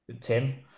Tim